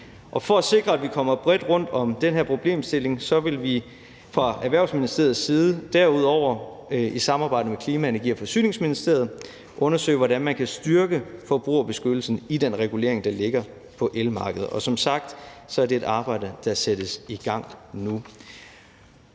for at sikre, at vi kommer bredt rundt om den her problemstilling, vil vi fra Erhvervsministeriets side derudover i samarbejde med Klima-, Energi- og Forsyningsministeriet undersøge, hvordan man kan styrke forbrugerbeskyttelsen i den regulering, der ligger på elmarkedet, og det er som sagt et arbejde, der sættes i gang nu.